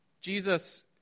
Jesus